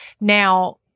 now